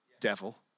devil